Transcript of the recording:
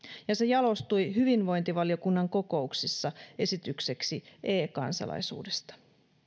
ja se jalostui hyvinvointivaliokunnan kokouksissa esitykseksi e kansalaisuudesta